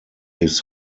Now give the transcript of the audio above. his